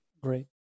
great